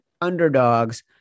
underdogs